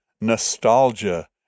Nostalgia